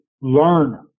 learn